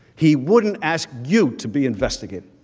he wouldn't ask you to be investigated?